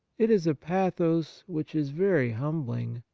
it is a pathos which is very humbhng,